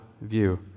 view